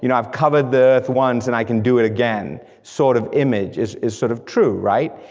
you know i've covered the earth once, and i can do it again, sort of image is is sort of true, right?